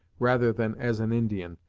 rather than as an indian,